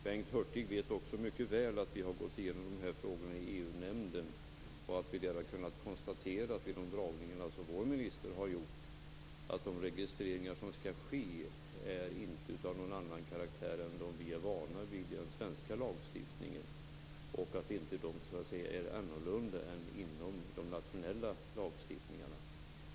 Bengt Hurtig vet också mycket väl att vi har gått igenom de här frågorna i EU-nämnden och att vår minister vid de föredragningar som gjorts har kunnat konstatera att de registreringar som skall ske inte är av annan karaktär än de som vi är vana vid under den svenska lagstiftningen. De är inte heller annorlunda än vad som förekommer under de olika nationella lagstiftningarna.